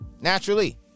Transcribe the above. naturally